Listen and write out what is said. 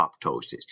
apoptosis